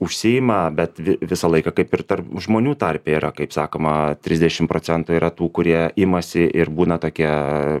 užsiima bet vi visą laiką kaip ir tarp žmonių tarpe yra kaip sakoma trisdešim procentų yra tų kurie imasi ir būna tokie